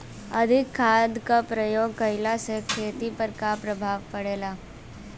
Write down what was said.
अधिक खाद क प्रयोग कहला से खेती पर का प्रभाव पड़ेला?